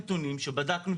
מאוד מצומצם, אם נתכנס להסכמה.